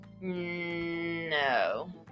No